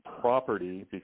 property